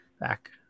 back